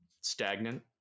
stagnant